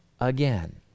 again